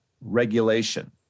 regulation